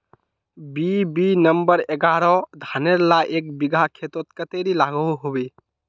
BB number एगारोह धानेर ला एक बिगहा खेतोत कतेरी लागोहो होबे?